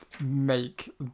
make